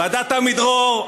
ועדת עמידרור,